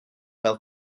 fel